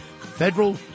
federal